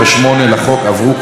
כנוסח הוועדה.